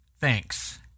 Thanks